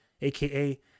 AKA